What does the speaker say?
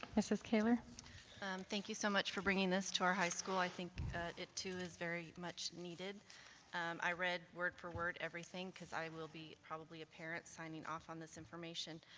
mrs. kaylor thank you so much for bring this to our high school. i think it to is very much needed i read word for word everything cause i will be probably a parent signing off on this information.